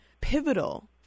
pivotal